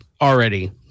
already